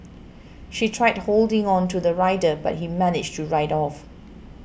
she tried holding on to the rider but he managed to ride off